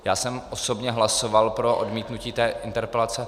Já jsem osobně hlasoval pro odmítnutí té interpelace.